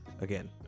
again